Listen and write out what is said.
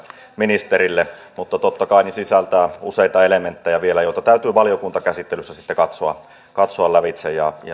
ministerille mutta totta kai se sisältää useita elementtejä vielä joita täytyy valiokuntakäsittelyssä sitten katsoa katsoa lävitse